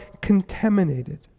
contaminated